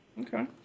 okay